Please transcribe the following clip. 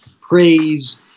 praise